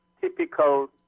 typical